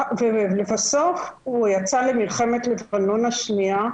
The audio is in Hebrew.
ובסוף הוא יצא למלחמת לבנון השנייה ב-2006.